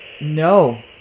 No